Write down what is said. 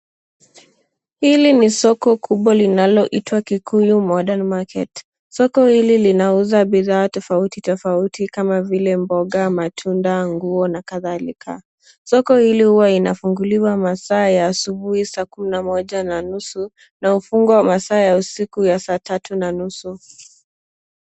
Hili ni soko kubwa linaloitwa Kikuyu Modern Market. Soko hili linauza bidhaa tofauti tofauti kama vile mboga, matunda, nguo na kadhalika. Soko hili huwa inafunguliwa masaa ya asubuhi saa kumi na moja na nusu na hufungwa masaa ya usiku ya saa tatu na nusu.